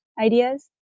ideas